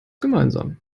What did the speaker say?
gemeinsam